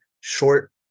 short